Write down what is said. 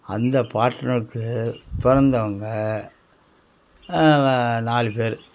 அந்த பாட்டனுக்கு பிறந்தவங்க நாலு பேர்